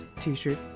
t-shirt